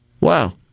Wow